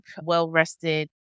well-rested